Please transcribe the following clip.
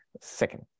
second